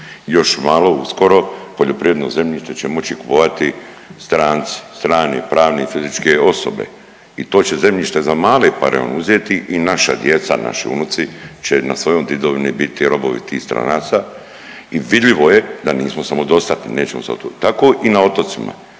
Još malo uskoro poljoprivredno zemljište će moći kupovati stranci, strane pravne i fizičke osobe i to će zemljište za male pare oni uzeti i naša djeca, naši unuci će na svojoj didovini biti robovi tih stranaca i vidljivo je da nismo samodostatni, nećemo…/Govornik